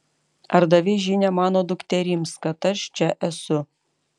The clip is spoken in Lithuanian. ar davei žinią mano dukterims kad aš čia esu